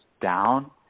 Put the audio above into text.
down